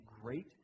great